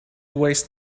waste